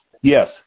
Yes